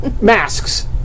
Masks